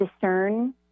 discern